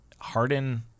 Harden